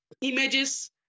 Images